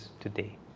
today